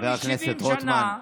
חבר הכנסת רוטמן,